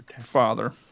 father